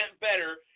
better